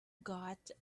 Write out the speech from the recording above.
got